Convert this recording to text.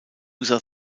user